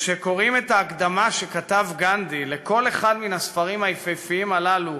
כשקוראים את ההקדמה שכתב גנדי לכל אחד מן הספרים היפהפיים הללו,